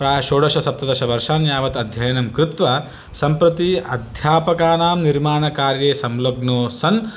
प्राय षोडशसप्तदशवर्षान् यावत् अध्ययनं कृत्वा सम्प्रति अध्यापकानां निर्माणकार्ये संलग्नो सन्